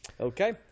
Okay